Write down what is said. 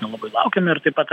nelabai laukiam ir taip pat